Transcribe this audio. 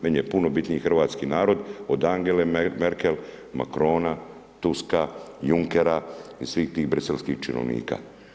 Meni je puno bitniji hrvatski narod, od Angele Merkel, Macrona, Tuska, Junckera i svih tih briselskih činovnika.